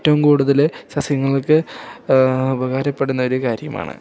ഏറ്റവും കൂടുതല് സസ്യങ്ങൾക്ക് ഉപകാരപ്പെടുന്ന ഒരു കാര്യമാണ്